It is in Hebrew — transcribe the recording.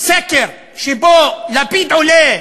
סקר שבו לפיד עולה,